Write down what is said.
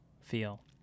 feel